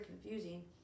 confusing